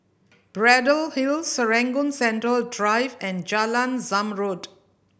Braddell Hill Serangoon Central Drive and Jalan Zamrud